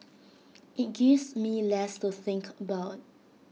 IT gives me less to think about